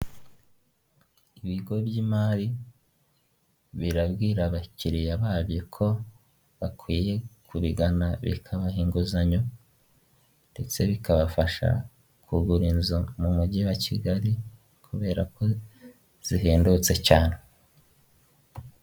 Ibigo by'imari birabwira abakiriya babyo ko bakwiye kubigana bakabaha inguzanyo ndetse bikabafasha kugura inzu mu mujyi wa Kigali kubera ko zihendutse cyane.